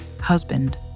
husband